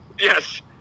Yes